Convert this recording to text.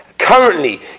currently